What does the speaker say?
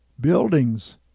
Buildings